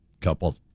couple